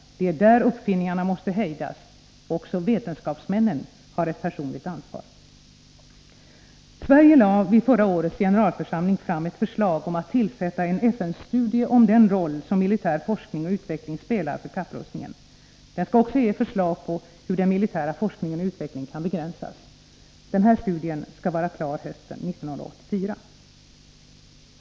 Det är där uppfinningarna måste hejdas. Också vetenskapsmännen har ett personligt ansvar. Sverige lade vid förra årets generalförsamling fram ett förslag om att det skulle göras en FN-studie om den roll som militär forskning och utveckling spelar för kapprustningen. Den skall också ge förslag på hur den militära forskningen och utvecklingen kan begränsas. Denna studie skall vara klar hösten 1984.